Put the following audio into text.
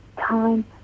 time